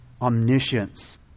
omniscience